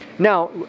Now